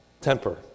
temper